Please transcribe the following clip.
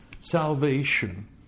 salvation